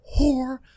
whore